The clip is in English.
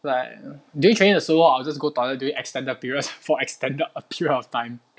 like doing training 的时候 I'll just go toilet during extended periods for extended a period of time